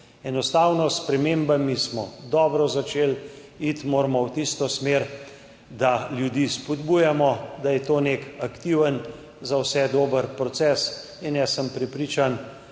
Enostavno smo s spremembami dobro začeli. Iti moramo v tisto smer, da ljudi spodbujamo, da je to nek aktiven, za vse dober proces. Jaz sem prepričan,